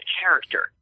character